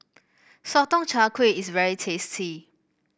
Sotong Char Kway is very tasty